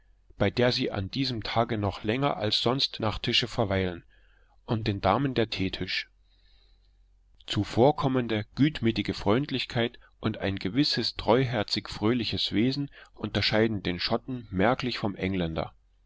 bei der sie an diesem tage noch länger als sonst nach tische verweilen und den damen der teetisch zuvorkommende gutmütige freundlichkeit und ein gewisses treuherzigfröhliches wesen unterscheiden den schotten merklich vom engländer